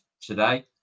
today